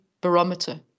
barometer